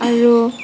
আৰু